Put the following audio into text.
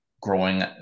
growing